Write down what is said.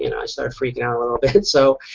you know i started freaking out a little bit. so